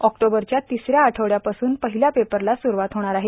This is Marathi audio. ऑक्टोबरच्या तिसऱ्या आठवड्यापासून पहिल्या पेपरला स्रुवात होणार आहे